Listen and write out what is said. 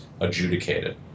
adjudicated